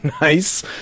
nice